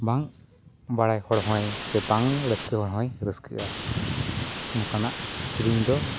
ᱵᱟᱝ ᱵᱟᱲᱟᱭ ᱦᱚᱲ ᱦᱚᱭ ᱵᱟᱝ ᱨᱟᱹᱥᱠᱟ ᱟᱱ ᱦᱚᱲ ᱦᱚᱭ ᱨᱟᱹᱥᱠᱟᱹᱜᱼᱟ ᱱᱚᱠᱟᱱᱟᱜ ᱥᱮᱨᱮᱧ ᱫᱚ